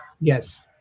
Yes